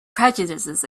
prejudices